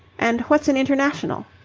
and what's an international?